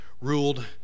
ruled